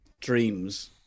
dreams